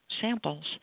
samples